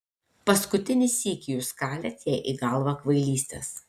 paskutinį sykį jūs kalėt jai į galvą kvailystes